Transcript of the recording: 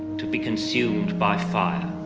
to be consumed by fire.